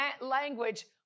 language